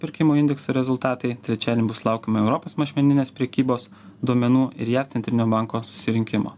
pirkimo indekso rezultatai trečiadienį bus laukiama europos mažmeninės prekybos duomenų ir jav centrinio banko susirinkimo